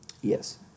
Yes